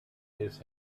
his